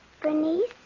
Bernice